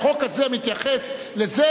החוק הזה מתייחס לזה,